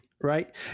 right